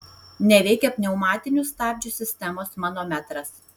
neveikia pneumatinių stabdžių sistemos manometras